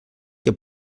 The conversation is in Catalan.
que